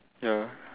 ya